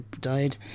died